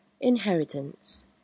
inheritance